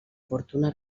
fortuna